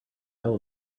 fell